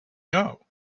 know